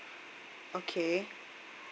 okay